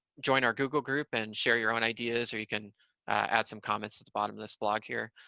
join our google group and share your own ideas, or you can add some comments at the bottom of this blog here.